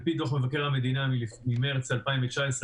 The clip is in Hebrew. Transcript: על פי דוח מבקר המדינה ממרץ 2019,